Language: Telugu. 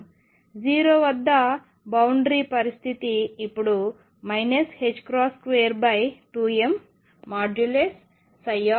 0 వద్ద సరిహద్దు పరిస్థితి ఇప్పుడు 22m0 0 V0ψ